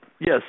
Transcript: Yes